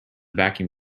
vacuum